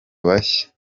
bashya